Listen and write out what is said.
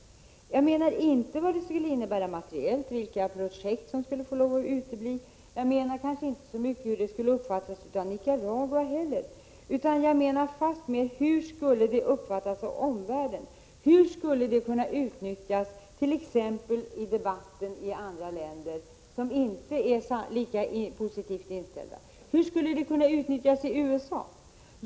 Jag menar då inte vad det skulle innebära materiellt, vilka projekt som skulle få lov att utgå, och jag menar inte heller så mycket hur det skulle uppfattas i Nicaragua. Jag menar fastmer: Hur skulle det uppfattas av omvärlden? Hur skulle det kunna utnyttjas t.ex. i debatten i andra länder som inte är lika positivt inställda? Hur skulle det kunna utnyttjas av USA?